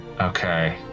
Okay